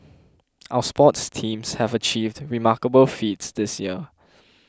our sports teams have achieved remarkable feats this year